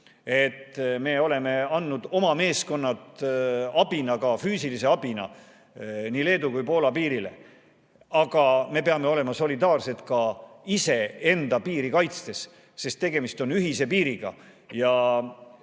me oleme andnud oma meeskonnad abina, ka füüsilise abina, nii Leedu kui Poola piirile. Aga me peame olema solidaarsed ka iseenda piiri kaitstes, sest tegemist on ühise piiriga